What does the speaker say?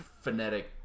phonetic